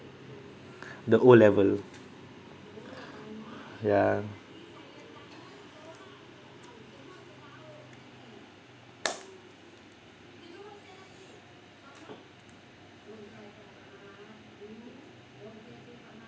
the O level yeah